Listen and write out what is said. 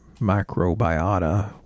microbiota